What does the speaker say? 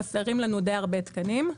חסרים די הרבה תקנים.